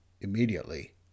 Immediately